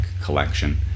collection